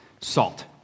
salt